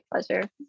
pleasure